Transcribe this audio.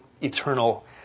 eternal